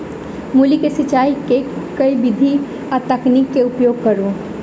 मूली केँ सिचाई केँ के विधि आ तकनीक केँ उपयोग करू?